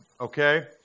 Okay